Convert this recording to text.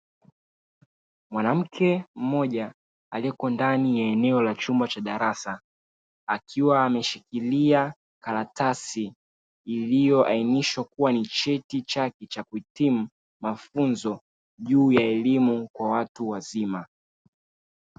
Mwanamke mmoja aliyeko ndani ya eneo ya chumba cha darasa, akiwa ameshikilia karatasi iliyoainishwa kuwa ni cheti chake cha kuhitimu mafunzo juu ya elimu kwa watu wazima.